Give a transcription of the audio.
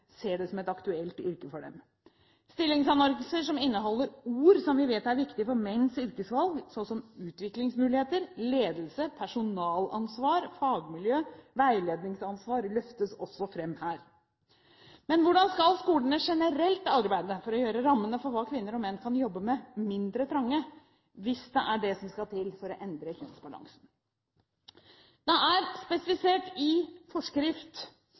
ser det som et aktuelt yrke for dem. Stillingsannonser som innholder ord som vi vet er viktig for menns yrkesvalg, så som «utviklingsmuligheter», «ledelse», «personalansvar», «fagmiljø» og «veiledningsansvar» løftes også fram her. Men hvordan skal skolene generelt arbeide for å gjøre rammene for hva kvinner og menn kan jobbe med, mindre trange – hvis det er det som skal til for å endre kjønnsbalansen? Det er presisert i forskrift